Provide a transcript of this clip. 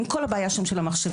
עם כל הבעיה שם של המחשבים,